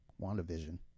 WandaVision